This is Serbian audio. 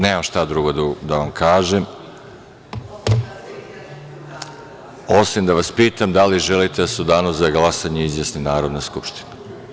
Nemam šta drugo da vam kažem, osim da vas pitam da li želite da se u danu za glasanje izjasni Narodna skupština?